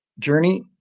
journey